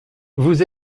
vous